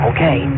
Okay